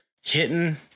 hitting